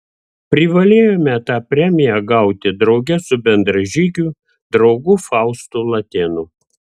privalėjome tą premiją gauti drauge su bendražygiu draugu faustu latėnu